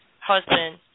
husband